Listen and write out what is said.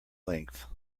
length